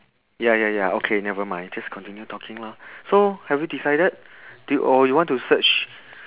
ya ya ya okay never mind just continue talking lor so have you decided did or you want to search